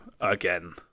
again